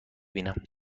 بینم